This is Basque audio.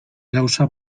gauza